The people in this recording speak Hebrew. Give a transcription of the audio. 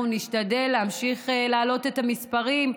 אנחנו נשתדל להמשיך להעלות את המספרים.